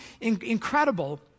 incredible